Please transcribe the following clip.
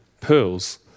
pearls